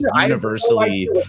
universally